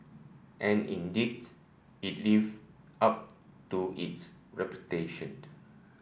and indeed its live up to its reputation